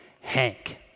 Hank